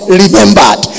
remembered